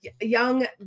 young